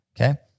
okay